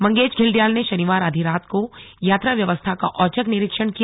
मंगेश घिल्डियाल ने शनिवार आधी रात को यात्रा व्यवस्था का औचक निरीक्षण किया